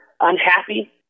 unhappy